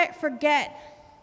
forget